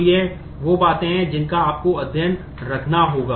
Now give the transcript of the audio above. तो ये वो बातें हैं जिनका आपको ध्यान रखना होगा